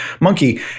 monkey